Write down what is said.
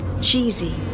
cheesy